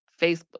Facebook